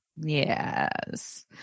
Yes